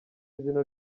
izina